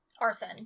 Arson